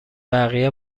بقیه